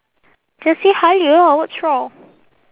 just say Halia ah what's wrong